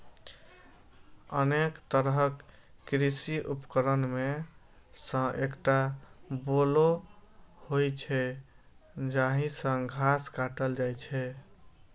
अनेक तरहक कृषि उपकरण मे सं एकटा बोलो होइ छै, जाहि सं घास काटल जाइ छै